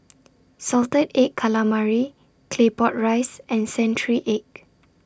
Salted Egg Calamari Claypot Rice and Century Egg